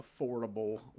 affordable